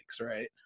right